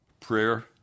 Prayer